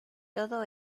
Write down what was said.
todo